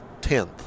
10th